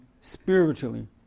spiritually